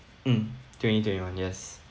mm twenty twenty-one yes